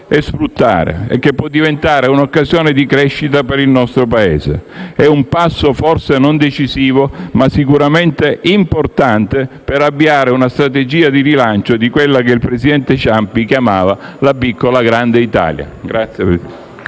e che può diventare un'occasione di crescita per il nostro Paese. È un passo forse non decisivo, ma sicuramente importante per avviare una strategia di rilancio di ciò che il presidente Ciampi chiamava la piccola, grande Italia.